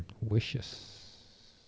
Wishes